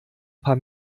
paar